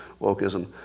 wokeism